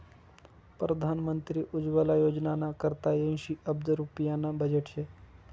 परधान मंत्री उज्वला योजनाना करता ऐंशी अब्ज रुप्याना बजेट शे